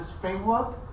framework